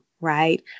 Right